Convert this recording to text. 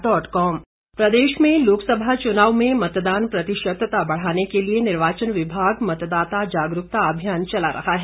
SVEEP प्रदेश में लोकसभा चुनाव में मतदान प्रतिशतता बढ़ाने के लिए निर्वाचन विभाग मतदाता जागरूकता अभियान चला रहा है